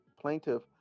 plaintiff